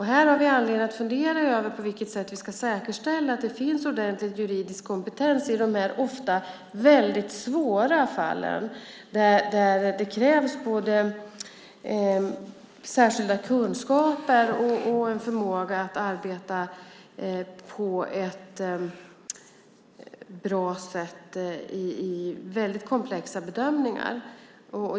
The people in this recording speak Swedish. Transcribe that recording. Här har vi anledning att fundera över på vilket sätt som vi ska säkerställa att det finns ordentlig juridisk kompetens i dessa ofta väldigt svåra fall, där det krävs både särskilda kunskaper och en förmåga att arbeta på ett bra sätt vid väldigt komplexa bedömningar.